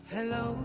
Hello